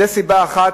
זאת סיבה אחת.